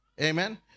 Amen